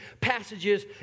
passages